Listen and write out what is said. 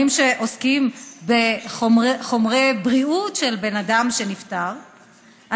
כאן וחומרי בריאות של בן אדם שנפטר,